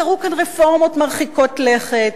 קרו כאן רפורמות מרחיקות לכת,